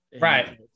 Right